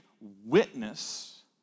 witness